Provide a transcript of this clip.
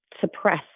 suppress